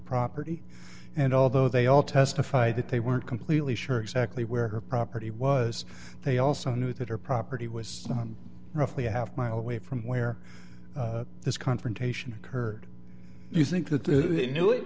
property and although they all testified that they weren't completely sure exactly where her property was they also knew that her property was roughly a half mile away from where this confrontation occurred you think that they knew it